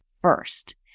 first